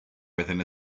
within